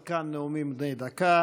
עד כאן נאומים בני דקה.